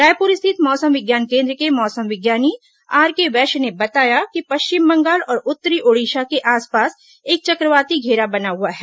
रायपुर स्थित मौसम विज्ञान केन्द्र के मौसम विज्ञानी आरके वैश्य ने बताया कि पश्चिम बंगाल और उत्तरी ओडिशा के आसपास एक चक्रवाती घेरा बना हुआ है